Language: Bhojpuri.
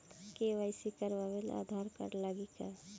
के.वाइ.सी करावे ला आधार कार्ड लागी का?